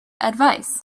advice